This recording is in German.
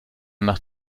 nach